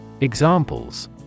Examples